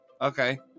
okay